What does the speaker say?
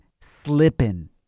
slipping